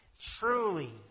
Truly